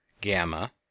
Gamma